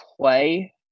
play